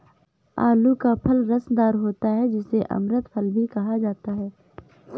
आलू का फल रसदार होता है जिसे अमृत फल भी कहा जाता है